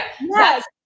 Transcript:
yes